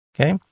Okay